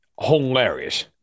Hilarious